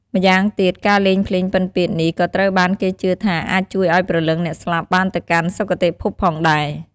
ម្យ៉ាងទៀត ការលេងភ្លេងពិណពាទ្យនេះក៏ត្រូវបានគេជឿថាអាចជួយឱ្យព្រលឹងអ្នកស្លាប់បានទៅកាន់សុគតិភពផងដែរ។